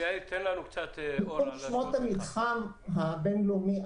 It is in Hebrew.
שמות המתחם הבינלאומי,